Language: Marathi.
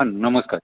हां नमस्कार